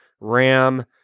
Ram